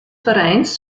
vereins